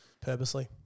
purposely